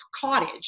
cottage